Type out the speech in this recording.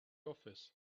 office